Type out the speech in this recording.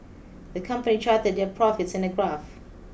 the company charted their profits in a graph